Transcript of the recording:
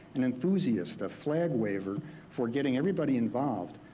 an enthusiast, a flag waver for getting everybody involved.